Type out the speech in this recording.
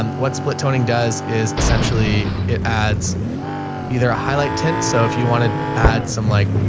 um what split toning does is essentially it adds either a highlight tent. so if you want to add some, like